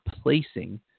placing